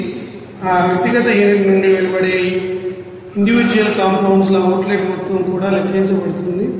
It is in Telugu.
మరియు ఆ వ్యక్తిగత యూనిట్ నుండి వెలువడే ఇండివిడ్యుఅల్ కంపౌండ్స్ ల అవుట్లెట్ మొత్తం కూడా లెక్కించబడుతుంది